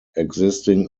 existing